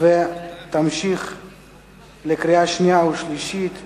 הרווחה והבריאות נתקבלה.